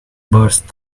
burst